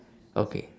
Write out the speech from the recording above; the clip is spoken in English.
okay